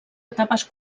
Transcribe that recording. etapes